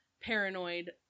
paranoid